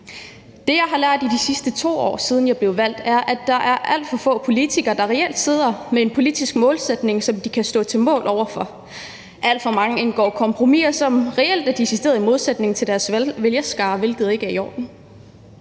Det, jeg har lært de sidste to år, siden jeg blev valgt, er, at der er alt for få politikere, der reelt sidder med en politisk målsætning, som de kan stå på mål for. Alt for mange indgår kompromiser, som reelt er i decideret modsætning til deres vælgerskare, hvilket ikke er i orden.